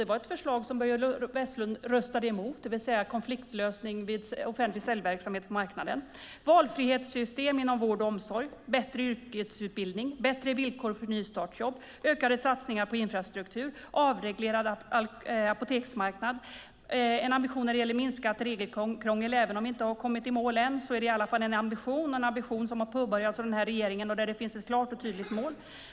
Det var ett förslag som Börje Vestlund röstade emot, det vill säga konfliktlösning vid offentlig säljverksamhet på marknaden. Vidare står det om valfrihetssystem inom vård och omsorg, bättre yrkesutbildning, bättre villkor för nystartsjobb, ökade satsningar på infrastruktur, avreglerad apoteksmarknad och en ambition när det gäller minskat regelkrångel. Även om vi inte har kommit i mål än är det i alla fall en ambition som har påbörjats av regeringen och där det finns ett klart och tydligt mål.